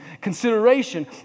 consideration